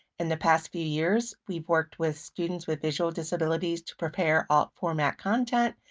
in the past few years, we've worked with students with visual disabilities to prepare alt format content,